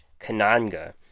Kananga